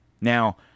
Now